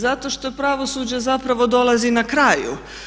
Zato što pravosuđe zapravo dolazi na kraju.